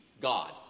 God